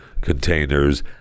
containers